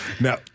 Now